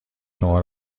شما